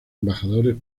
embajadores